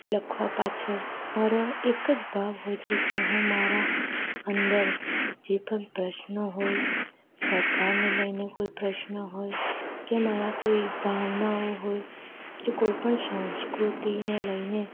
લખવા પાછળ મારો એક જ ભાવ હોય છે કે હું મારા અંદર જે પણ પ્રશ્નો હોય સરકારને લઈને કોઈપણ પ્રશ્ન હોય કે મારા કોઈ ભાવનાઓ હોય કે કોઈપણ સંસ્કૃતિને લઈને